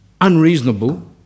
unreasonable